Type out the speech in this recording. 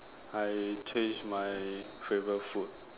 I change my favorite food